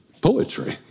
poetry